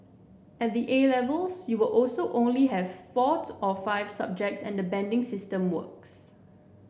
at the A Levels you will also only have four to or five subjects and banding system works